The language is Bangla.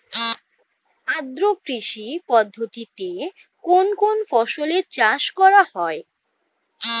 আদ্র কৃষি পদ্ধতিতে কোন কোন ফসলের চাষ করা হয়?